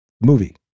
movie